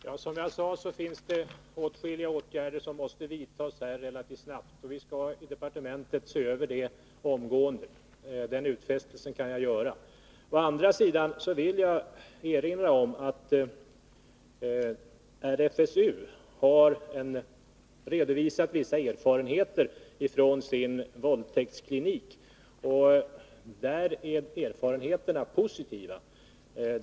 Herr talman! Som jag sade finns det åtskilliga åtgärder som måste vidtas relativt snabbt. Vi skall i departementet se över dem omgående — den utfästelsen kan jag göra. Men jag vill samtidigt erinra om att RFSU har redovisat vissa erfarenheter från sin våldtäktsklinik, och dessa erfarenheter är positiva.